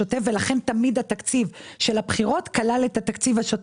ולכן תמיד התקציב של הבחירות כלל את התקציב השוטף.